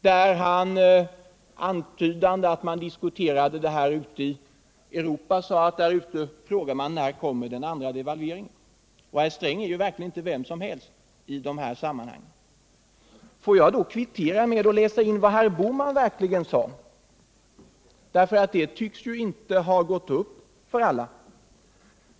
Han antydde att man diskuterade detta ämne ute i Europa och att man frågade: När kommer den andra devalveringen? Herr Sträng är verkligen inte vem som helst i dessa sammanhang. Får jag då kvittera med att läsa in till protokollet vad herr Bohman verkligen sade. Det tycks inte ha gått upp för alla.